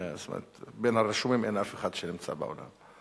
מן הרשומים אין אף אחד שנמצא באולם.